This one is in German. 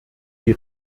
die